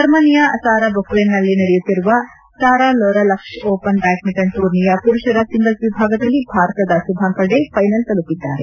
ಜರ್ಮನಿಯ ಸಾರಬ್ರುಕೆನ್ನಲ್ಲಿ ನಡೆಯುತ್ತಿರುವ ಸಾರಲೊರಲಕ್ಷ್ ಓಪನ್ ಬ್ಯಾಡ್ಡಿಂಟನ್ ಟೂರ್ನಿಯ ಪುರುಪರ ಸಿಂಗಲ್ಸ್ ವಿಭಾಗದಲ್ಲಿ ಭಾರತದ ಸುಭಾಂಕರ್ ಡೇ ಫೈನಲ್ ತಲುಪಿದ್ದಾರೆ